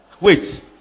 Wait